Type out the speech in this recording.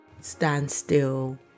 standstill